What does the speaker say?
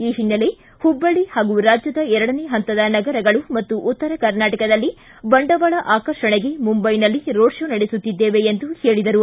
ಈ ಹಿನ್ನೆಲೆ ಹುಬ್ಬಳ್ಳಿ ಹಾಗೂ ರಾಜ್ಯದ ಎರಡನೇ ಪಂತದ ನಗರಗಳು ಮತ್ತು ಉತ್ತರ ಕರ್ನಾಟಕದಲ್ಲಿ ಬಂಡವಾಳ ಆಕರ್ಷಣೆಗೆ ಮುಂಬೈನಲ್ಲಿ ರೋಡ್ ಶೋ ನಡೆಸುತ್ತಿದ್ದೇವೆ ಎಂದು ಹೇಳಿದರು